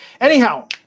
Anyhow